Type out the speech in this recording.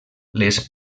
les